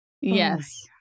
yes